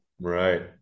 Right